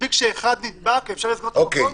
מספיק שאחד נדבק ואפשר לסגור את המקום?